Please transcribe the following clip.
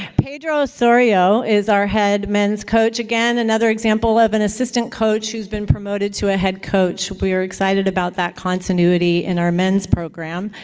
pedro osorio is our head men's coach again, another example of an assistant coach who's been promoted to a head coach. we are excited about that continuity in our men's program.